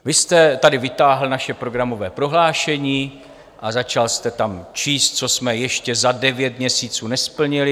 Vy jste tady vytáhl naše programové prohlášení a začal jste tam číst, co jsme ještě za devět měsíců nesplnili.